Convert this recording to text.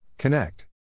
Connect